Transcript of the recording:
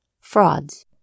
frauds